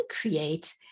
create